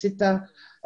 באוניברסיטה,